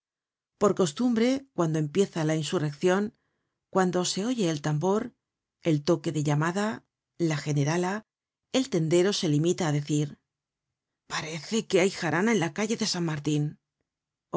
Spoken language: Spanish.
por costumbre cuando empieza la insurreccion cuando se oye el tambor el toque de llamada la generala el tendero se limita á decir parece que hay jarana en la calle de san martin